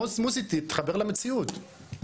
מוסי, תתחבר למציאות.